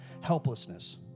helplessness